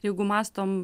jeigu mąstom